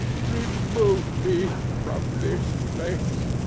remove me from this place.